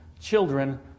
children